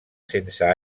sense